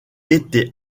été